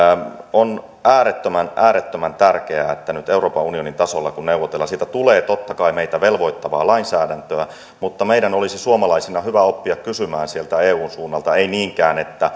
on äärettömän äärettömän tärkeää että nyt kun euroopan unionin tasolla neuvotellaan sieltä tulee totta kai meitä velvoittavaa lainsäädäntöä meidän olisi suomalaisina hyvä oppia kysymään sieltä eun suunnalta ei niinkään